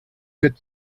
good